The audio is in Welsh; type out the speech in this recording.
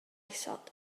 isod